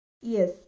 Yes